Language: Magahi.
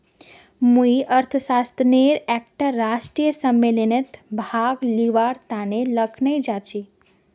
मुई अर्थशास्त्रेर एकटा राष्ट्रीय सम्मेलनत भाग लिबार तने लखनऊ जाछी